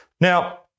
Now